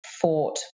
fought